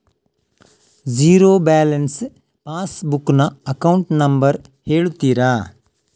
Zero balance passbook ನ account number ಹೇಳುತ್ತೀರಾ?